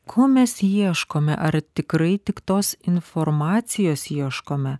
ko mes ieškome ar tikrai tik tos informacijos ieškome